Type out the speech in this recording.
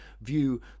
view